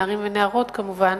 נערים ונערות כמובן,